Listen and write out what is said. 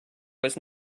was